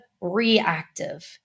reactive